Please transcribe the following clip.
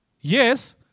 Yes